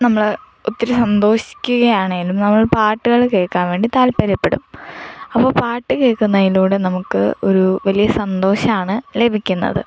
നമ്മൾ ഒത്തിരി സന്തോഷിക്കുകയാണേലും നമ്മൾ പാട്ടുകാൽ കേൾക്കാൻ വേണ്ടി താല്പര്യപ്പെടും അപ്പോൾ പാട്ട് കേൾക്കുന്നതിലൂടെ നമുക്ക് ഒരു വലിയ സന്തോഷമാണ് ലഭിക്കുന്നത്